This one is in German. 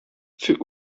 für